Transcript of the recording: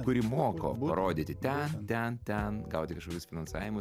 kuri moko parodyti ten ten ten gauti kažkokius finansavimus